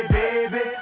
baby